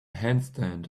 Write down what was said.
handstand